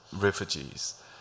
refugees